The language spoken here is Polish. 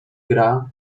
gra